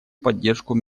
поддержку